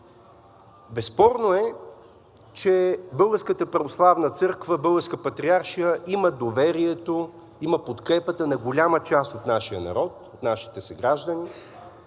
Патриаршия, има доверието, има подкрепата на голяма част от нашия народ, от нашите съграждани.